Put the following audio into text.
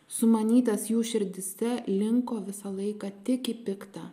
sumanytas jų širdyse linko visą laiką tik į pikta